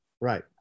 Right